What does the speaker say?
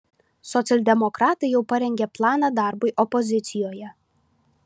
socialdemokratai jau parengė planą darbui opozicijoje